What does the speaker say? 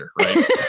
Right